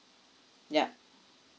yeah